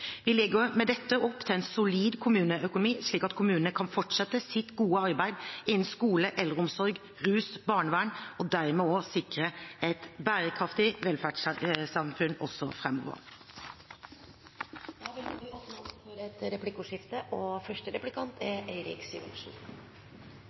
Vi legger med dette opp til en solid kommuneøkonomi, slik at kommunene kan fortsette sitt gode arbeid innen skole, eldreomsorg, rus og barnevern og dermed sikre et bærekraftig velferdssamfunn også framover. Det blir replikkordskifte. La meg starte med å si takk til statsråden, for